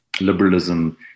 liberalism